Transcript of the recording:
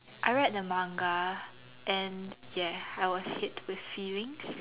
I read the manga and ya I was hit with feelings